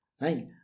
Right